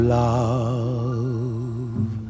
love